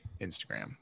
Instagram